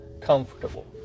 comfortable